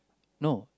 no